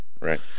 right